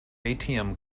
atm